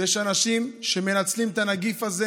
יש אנשים שמנצלים את הנגיף הזה